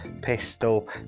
pistol